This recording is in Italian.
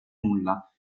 nulla